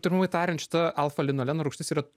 trumpai tariant šita alfa linoleno rūgštis yra